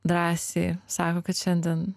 drąsiai sako kad šiandien